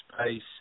space